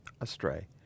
astray